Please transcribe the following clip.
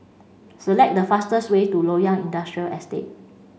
select the fastest way to Loyang Industrial Estate